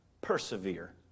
Persevere